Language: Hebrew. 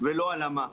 ולא על מה.